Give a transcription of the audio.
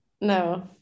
No